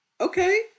okay